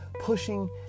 pushing